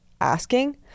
asking